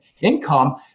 income